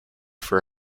for